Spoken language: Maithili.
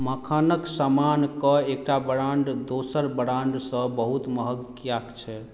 मक्खनक समानके एकटा ब्रांड दोसर ब्रांड सऽ बहुत महग किएक छै